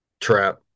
trap